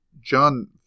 John